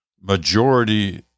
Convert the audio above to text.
majority